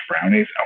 brownies